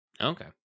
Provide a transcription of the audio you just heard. Okay